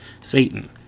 Satan